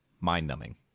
mind-numbing